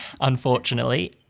unfortunately